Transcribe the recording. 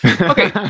Okay